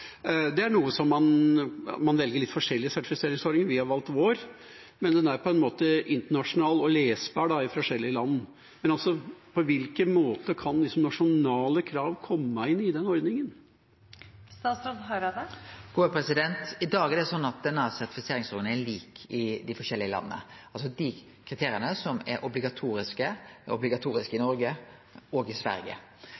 Det er noe som en velger litt forskjellige sertifiseringsordninger for. Vi har valgt vår, men den er internasjonal og lesbar i forskjellige land. På hvilken måte kan nasjonale krav komme inn i den ordningen? I dag er denne sertifiseringsordninga lik i dei forskjellige landa. Dei kriteria som er obligatoriske, er obligatoriske i Noreg og i Sverige. Så kan ein vurdere om det er nokre av dei kriteria som er valfrie, som me hadde gjort obligatoriske i